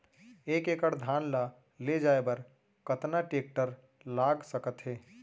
एक एकड़ धान ल ले जाये बर कतना टेकटर लाग सकत हे?